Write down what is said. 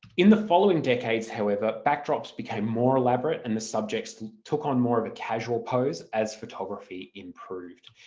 in the following decades however backdrops became more elaborate and the subjects took on more of a casual pose as photography improved.